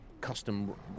custom